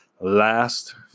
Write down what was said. last